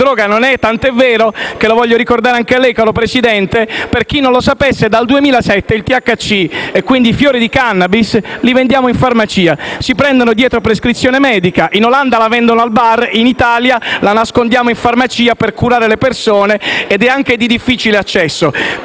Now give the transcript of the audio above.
che droga non è, tanto è vero che - voglio ricordarlo anche a lei, caro signor Presidente - per chi non lo sapesse dal 2007 il THC, cioè i fiori di *cannabis*, li vendiamo in farmacia dietro prescrizione medica. In Olanda si vendono al bar, in Italia li nascondiamo in farmacia per curare le persone ed è anche di difficile accesso.